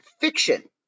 fiction